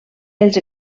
els